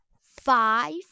five